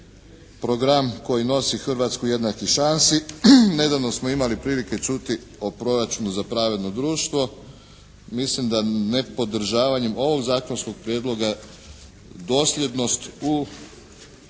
program koji nosi Hrvatsku jednakih šansi. Nedavno smo imali prilike čuti o proračunu za pravedno društvo. Mislim da nepodržavanjem ovog zakonskog prijedloga dosljednost u provođenju